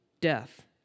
death